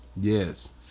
Yes